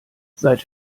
seit